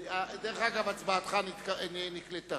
דרך אגב, הצבעתך נקלטה.